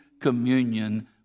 communion